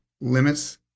limits